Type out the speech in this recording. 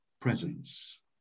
presence